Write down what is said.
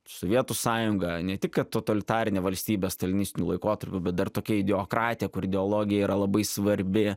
sovietų sąjunga ne tik kad totalitarinė valstybė stalinistiniu laikotarpiu bet dar tokia ideokratė kur ideologija yra labai svarbi